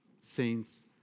saints